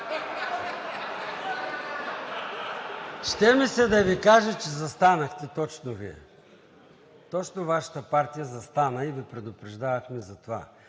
Ще ми се да Ви кажа, че застанахте точно Вие, точно Вашата партия застана и Ви предупреждавахме за това.